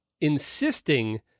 insisting